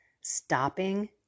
stopping